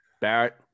Barrett